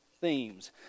themes